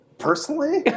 Personally